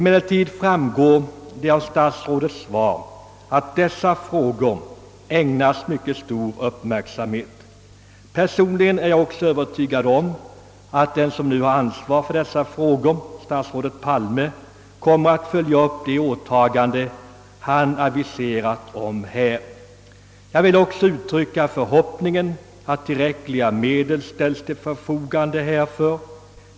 Det framgår emellertid av statsrådets svar att dessa frågor har ägnats stor uppmärksamhet. Personligen är jag ock så övertygad om att statsrådet Palme, som har ansvaret för dessa frågor, kommer att följa upp de åtaganden som här aviserats. Jag vill också uttrycka förhoppningen att tillräckliga medel ställes till förfogande härför.